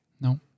No